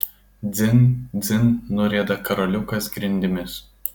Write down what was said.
dzin dzin nurieda karoliukas grindimis